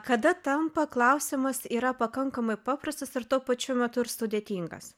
kada tampa klausimas yra pakankamai paprastas ir tuo pačiu metu ir sudėtingas